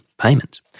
payments